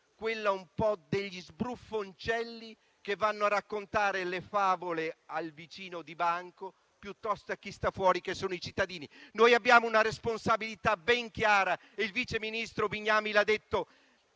quella degli sbruffoncelli che vanno a raccontare le favole al vicino di banco o a chi sta fuori, ai cittadini. Noi abbiamo la responsabilità ben chiara - e il vice ministro Bignami lo ha detto